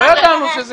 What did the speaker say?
לא ידענו.